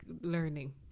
learning